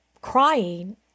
crying